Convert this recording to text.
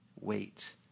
wait